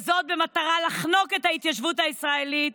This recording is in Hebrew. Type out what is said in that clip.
וזאת במטרה לחנוק את ההתיישבות הישראלית.